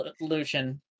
Evolution